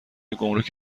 گمرک